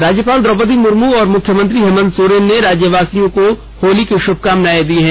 राज्यपाल द्रौपदी मुर्मू और मुख्यमंत्री हेमंत सोरेन ने राज्यवासियों को होली की शुभकामनाएं दी हैं